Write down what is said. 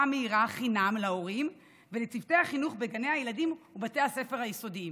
מהירה חינם להורים ולצוותי החינוך בגני הילדים ובתי הספר היסודיים.